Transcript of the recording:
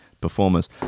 performers